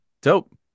Dope